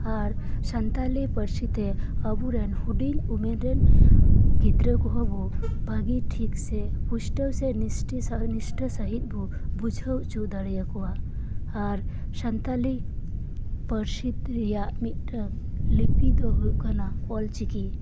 ᱟᱨ ᱥᱟᱱᱛᱟᱞᱤ ᱯᱟᱨᱥᱤ ᱛᱮ ᱟᱵᱚ ᱨᱮᱱ ᱦᱩᱰᱤᱝ ᱩᱢᱮᱨ ᱨᱮᱱ ᱜᱤᱫᱽᱨᱟᱹ ᱠᱚᱦᱚᱸ ᱵᱚ ᱵᱷᱟᱜᱮ ᱴᱷᱤᱠ ᱥᱮ ᱯᱩᱥᱴᱟᱹᱣ ᱥᱮ ᱱᱤᱥᱴᱟᱹᱣ ᱥᱟᱦᱤᱡ ᱱᱤᱥᱴᱟᱹ ᱥᱟᱸᱦᱤᱡ ᱵᱚ ᱵᱩᱡᱷᱟᱹᱣ ᱦᱚᱪᱚ ᱫᱟᱲᱮ ᱟᱠᱚᱣᱟ ᱟᱨ ᱥᱟᱱᱛᱟᱞᱤ ᱯᱟᱨᱥᱤ ᱨᱮᱭᱟᱜ ᱢᱤᱫ ᱴᱟᱹᱝ ᱞᱤᱯᱤ ᱫᱚ ᱦᱳᱭᱳᱜ ᱠᱟᱱᱟ ᱚᱞᱪᱤᱠᱤ